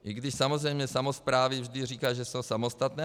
I když samozřejmě samosprávy vždy říkají, že jsou samostatné.